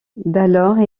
d’alors